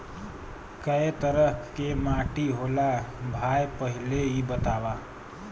कै तरह के माटी होला भाय पहिले इ बतावा?